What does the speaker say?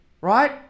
Right